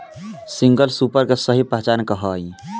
Single super के सही पहचान का हई?